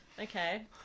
okay